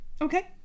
Okay